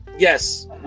Yes